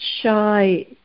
shy